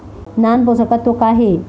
नान पोषकतत्व का हे?